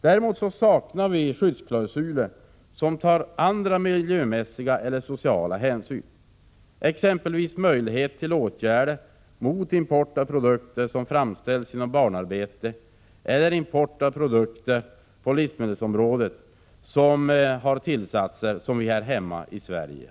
Däremot saknas skyddsklausuler, som tar andra miljömässiga eller sociala hänsyn, exempelvis möjligheter till åtgärder mot import av produkter som framställs genom barnarbete eller import på livsmedelsområdet av produkter som har tillsatser vilka är förbjudna här i Sverige.